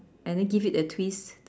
and give it a twist